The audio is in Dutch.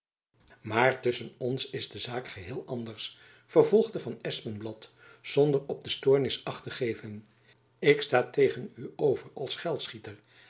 maar tusschen ons is de zaak geheel anders vervolgde van espenblad zonder op de stoornis acht te geven ik sta tegen u over als